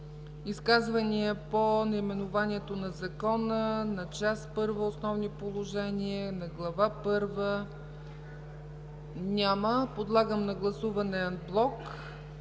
Изказвания по наименованието на Закона, на Част първа – „Основни положения”, на Глава първа? Няма. Подлагам на гласуване анблок